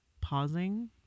pausing